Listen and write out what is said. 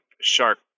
shark